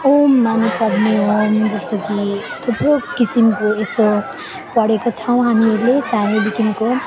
ओम माने पद्मे ओम जस्तो कि थुप्रो किसिमको यस्तो पढेको छौँ हामीहरूले सानैदेखिको